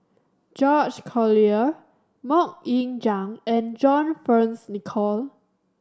George Collyer Mok Ying Jang and John Fearns Nicoll